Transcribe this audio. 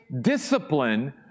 discipline